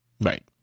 Right